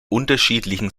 unterschiedlichen